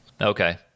Okay